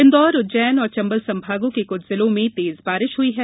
इंदौर उज्जैन और चंबल संभागों के कुछ जिलों में तेज बारिश हुई है